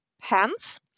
hence